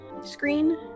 screen